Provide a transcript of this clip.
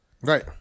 Right